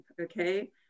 okay